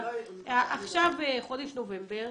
עכשיו חודש נובמבר,